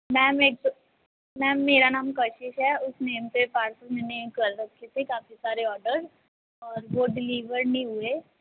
ma'am ਏਕ ਦੋ ma'am ਮੇਰਾ ਨਾਮ ਕਸ਼ੀਸ਼ ਹੈ ਉਸ ਨੇਮ ਸੇ ਪਾਰਸਲ ਮੈਨੇ ਕਰ ਰਖੇ ਥੇ ਕਾਫੀ ਸਾਰੇ ਓਰਡਰ ਔਰ ਵੋ ਡਿਲੀਵਰਡ ਨਹੀਂ ਹੁਏ